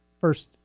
first